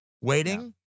waiting